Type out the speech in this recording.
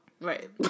Right